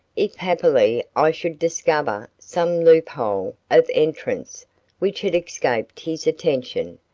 if happily i should discover some loophole of entrance which had escaped his attention.